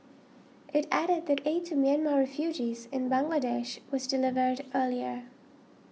it added that aid to Myanmar refugees in Bangladesh was delivered earlier